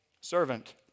servant